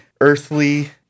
earthly